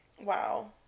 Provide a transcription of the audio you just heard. Wow